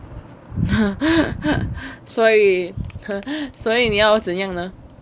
所以所以你要怎样呢